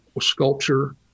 sculpture